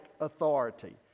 authority